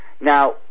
Now